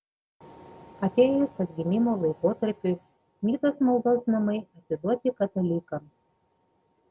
atėjus atgimimo laikotarpiui nidos maldos namai atiduoti katalikams